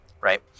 right